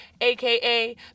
aka